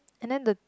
and then the